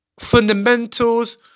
fundamentals